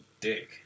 dick